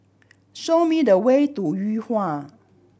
show me the way to Yuhua